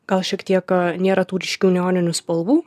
gal šiek tiek nėra tų ryškių neoninių spalvų